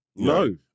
no